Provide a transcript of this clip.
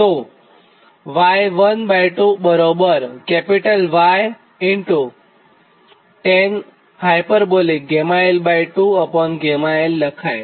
તો Y12 Y γl2 γl લખાય